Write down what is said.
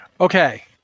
Okay